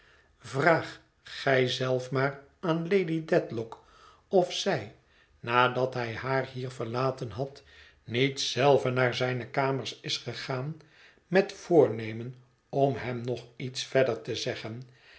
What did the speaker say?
vraag gij zelf maar aan lady dedlock of zij nadat hij haar hier verlaten had niet zelve naar zijne kamers is gegaan met voornemen om hem nog iets verder te zeggen